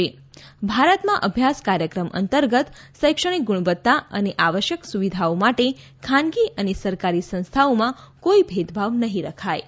ભારતમાં અભ્યાસ કાર્યક્રમ અંતર્ગત શૈક્ષણિક ગુણવત્તા અને આવશ્યક સુવિધાઓ માટે ખાનગી અને સરકારી સંસ્થાઓમાં કોઇ ભેદભાવ નહીં રખાયે